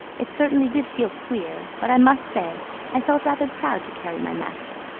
it certainly did feel queer but i must say i felt rather proud to carry my master,